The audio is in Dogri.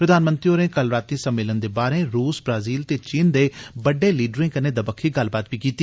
प्रधानमंत्री होरें कल रातीं सम्मेलन दे बाहरे रुस ब्राज़ील ते चीन दे बड्डे लीडरें कन्नै दवक्खी गल्लबात बी कीती